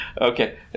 Okay